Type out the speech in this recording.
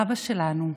אבא שלנו,